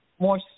more